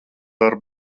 dara